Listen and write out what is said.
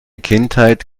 kindheit